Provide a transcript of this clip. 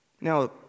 Now